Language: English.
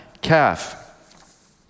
calf